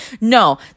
no